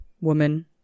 woman